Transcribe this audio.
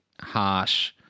harsh –